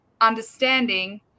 understanding